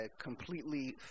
completely